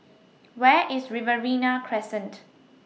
Where IS Riverina Crescent